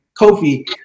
Kofi